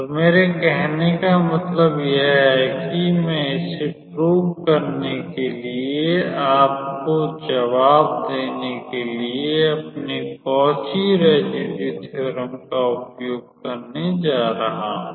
तो मेरे कहने का मतलब यह है कि मैं इसे प्रूव करने के लिए आपको जवाब देने के लिए अपने Cauchy residue theorem residue theorem का उपयोग करने जा रहा हूं